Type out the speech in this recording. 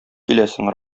киләсең